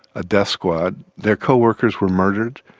a death squad. their co-workers were murdered.